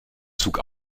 zug